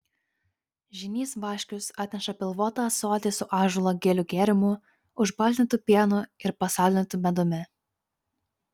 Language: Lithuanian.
žynys vaškius atneša pilvotą ąsotį su ąžuolo gilių gėrimu užbaltintu pienu ir pasaldintu medumi